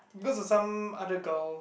because of some other girl